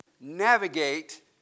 navigate